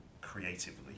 creatively